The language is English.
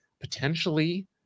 Potentially